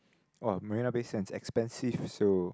oh Marina-Bay-Sands expensive so